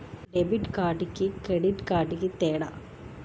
Debit కార్డుకి credit కార్డుకి తేడా?